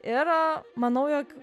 ir manau jog